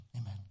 amen